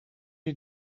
you